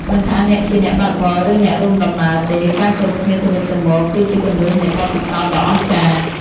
មិនថាអ្នកជាអ្នកបើកបរ ឬអ្នករួមដំណើរទេ ការគោរពគ្នាទៅវិញទៅមកគឺជាគន្លឹះនៃបទពិសោធន៍ដ៏អស្ចារ្យ។